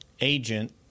agent